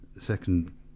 second